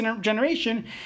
generation